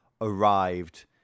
arrived